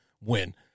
win